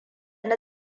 na